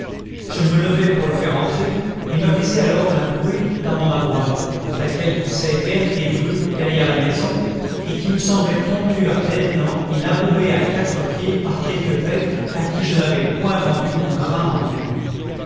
je me levai pour le faire entrer et m'avisai alors d'un bruit dans mon avoine laquelle poussait verte et drue derrière la maison et qui me semblait tondue à belles dents et labourée à quatre pieds par quelque bête à qui je n'avais point vendu mon grain en herbe